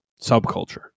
subculture